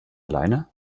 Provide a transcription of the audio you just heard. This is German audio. alleine